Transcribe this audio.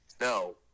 no